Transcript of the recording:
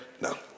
No